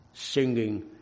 Singing